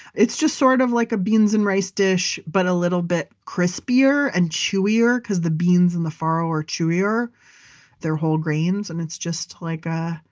it's just sort of like a beans and rice dish but a little bit crispier and chewier cause the beans and the faro are chewier and they're whole grains and it's just like a,